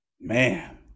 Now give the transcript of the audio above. man